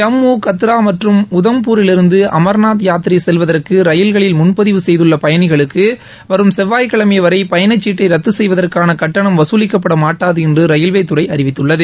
ஜம்மு கத்ரா மற்றும் உதம்பூரிலிருந்து அமர்நாத் யாத்திரை செல்வதற்கு ரயில்களில் முன்பதிவு செய்துள்ள பயணிகளுக்கு வரும் செவ்வாய்க்கிழமை வரை பயணச்சீட்டை ரத்து செய்வதற்கான கட்டணம் வசூலிக்கப்படமாட்டாது என்று ரயில்வேதுறை அறிவித்துள்ளது